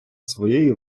своєї